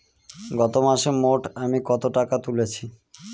গত মাসে মোট আমি কত টাকা তুলেছি?